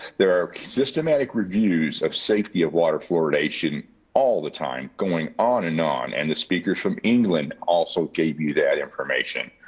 there are systematic reviews of safety of water fluoridation all the time going on and on. and the speakers from england also gave you that information.